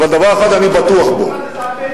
אבל דבר אחד אני בטוח בו, זה מחויבות על-פי הכסף.